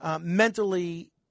mentally